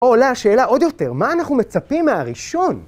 פה עולה השאלה עוד יותר, מה אנחנו מצפים מהראשון?